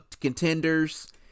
contenders